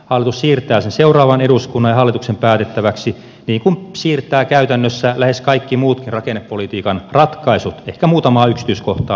hallitus siirtää sen seuraavan eduskunnan ja hallituksen päätettäväksi niin kuin siirtää käytännössä lähes kaikki muutkin rakennepolitiikan ratkaisut ehkä muutamaa yksityiskohtaa lukuun ottamatta